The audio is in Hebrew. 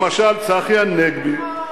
למשל, צחי הנגבי, נכון.